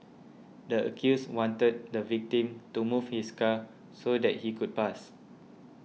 the accused wanted the victim to move his car so that she could pass